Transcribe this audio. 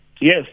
Yes